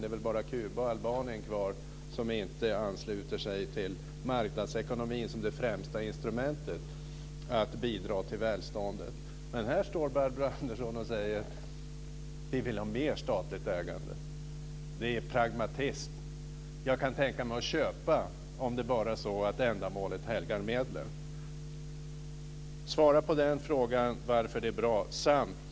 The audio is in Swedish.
Det är väl bara Kuba och Albanien som inte ansluter sig till marknadsekonomin som det främsta instrumentet när det gäller att bidra till välståndet. Nu säger Barbro Andersson Öhrn: Vi vill ha mer statligt ägande. Det är pragmatism. Jag kan tänka mig att köpa, om ändamålet helgar medlen. Svara på frågan varför det är bra.